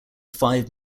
five